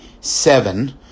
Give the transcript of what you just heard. seven